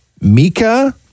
Mika